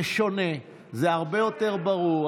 זה שונה, זה הרבה יותר ברור.